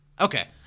Okay